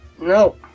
No